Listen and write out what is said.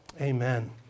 amen